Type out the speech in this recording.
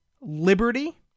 liberty